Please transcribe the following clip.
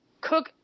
cook